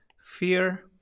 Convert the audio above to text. fear